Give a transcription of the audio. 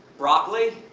broccoli?